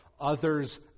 others